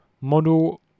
model